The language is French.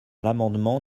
l’amendement